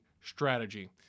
strategy